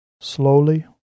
Slowly